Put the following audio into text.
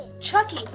Chucky